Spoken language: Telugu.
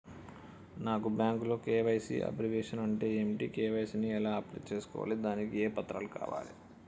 నాకు బ్యాంకులో కే.వై.సీ అబ్రివేషన్ అంటే ఏంటి కే.వై.సీ ని ఎలా అప్లై చేసుకోవాలి దానికి ఏ పత్రాలు కావాలి?